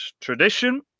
tradition